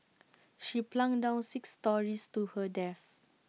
she plunged down six storeys to her death